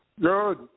Good